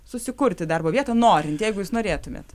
susikurti darbo vietą norint jeigu jūs norėtumėt